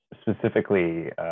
specifically